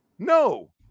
No